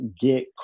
get